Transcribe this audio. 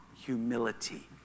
humility